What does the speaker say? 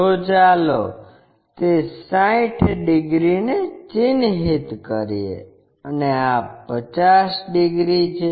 તો ચાલો તે 60 ડિગ્રીને ચિહ્નિત કરીએ અને આ 50 ડિગ્રી છે